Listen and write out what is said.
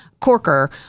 Corker